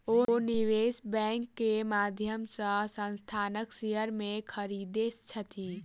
ओ निवेश बैंक के माध्यम से संस्थानक शेयर के खरीदै छथि